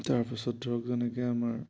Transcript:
তাৰপাছত ধৰক যেনেকৈ আমাৰ